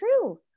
true